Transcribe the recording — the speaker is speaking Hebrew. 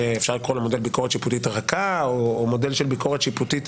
שאפשר לקרוא לה מודל ביקורת שיפוטית רכה או מודל של ביקורת שיפוטית